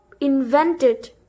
invented